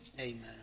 Amen